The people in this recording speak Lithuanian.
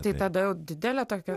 tai tada jau didelė tokia